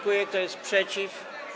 Kto jest przeciw?